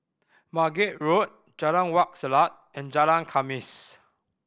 Margate Road Jalan Wak Selat and Jalan Khamis